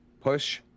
push